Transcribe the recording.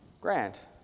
Grant